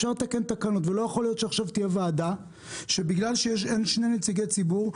לא יכול להיות שעכשיו תהיה ועדה ובגלל שאין שני נציגי ציבור,